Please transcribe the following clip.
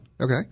Okay